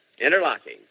interlocking